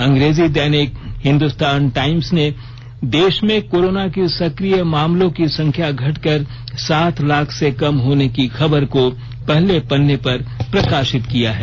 अंग्रेजी दैनिक हिंदुस्तान टाइम्स ने देश में कोरोना की सक्रिय मामलों की संख्या घटकर सात लाख से कम होने की खबर को पहले पन्ने पर प्रकाशित किया है